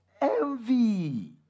Envy